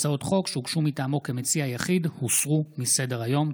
הצעות חוק שהוגשו מטעמו כמציע יחיד הוסרו מסדר-היום.